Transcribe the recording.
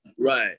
Right